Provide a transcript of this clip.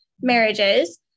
marriages